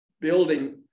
building